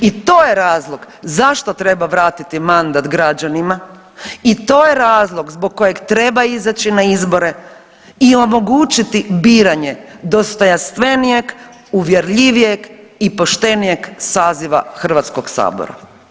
I to je razlog zašto treba vratiti mandat građanima i to je razlog zbog kojeg treba izaći na izbore i omogućiti biranje dostojanstvenijeg, uvjerljivijeg i poštenijeg saziva HS-a.